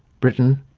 britain,